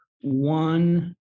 one